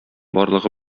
барлыгы